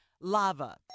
Lava